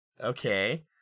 Okay